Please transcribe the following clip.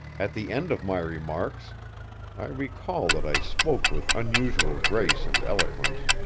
at the end of my remarks i recall that i spoke with unusual grace and eloquence